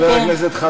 אדוני היושב-ראש.